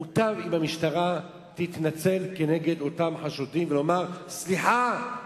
מוטב שהמשטרה תתנצל לפני אותם חשודים ותאמר: סליחה,